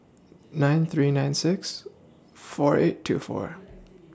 nine three nine six four eight two four